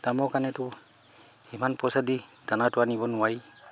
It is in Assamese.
দামৰ কাৰণেতো সিমান পইচা দি দানাটো আনিব নোৱাৰি